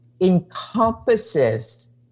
encompasses